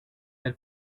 del